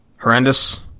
horrendous